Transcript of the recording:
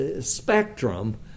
spectrum